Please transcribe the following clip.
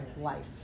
life